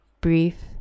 brief